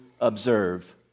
observe